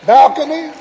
Balcony